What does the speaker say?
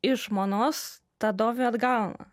iš žmonos tą dovį atgauna